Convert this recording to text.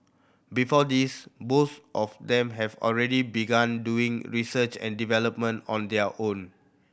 before this both of them have already begun doing research and development on their own